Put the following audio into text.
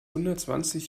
hundertzwanzig